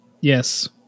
yes